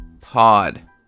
pod